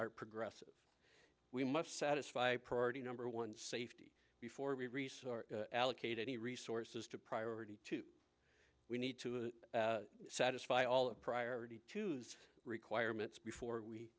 are progressive we must satisfy priority number one safety before we resort allocate any resources to priority we need to satisfy all a priority to the requirements before we